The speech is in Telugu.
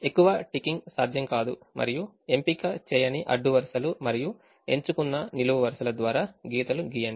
ఎక్కువ టికింగ్ సాధ్యం కాదు మరియు ఎంపిక చేయని అడ్డు వరుసలు మరియు ఎంచుకున్న నిలువు వరుసల ద్వారా గీతలు గీయండి